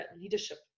leadership